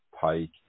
Pike